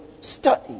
Study